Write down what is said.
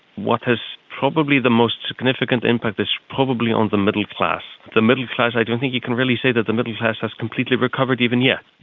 what had probably the most significant impact is probably on the middle class. the middle class, i don't think you can really say that the middle class has completely recovered even yet.